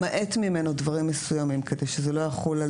למעט ממנו דברים מסוימים כדי שזה לא יחול על